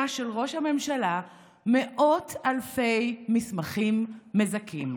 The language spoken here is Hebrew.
של ראש הממשלה מאות אלפי מסמכים מזכים.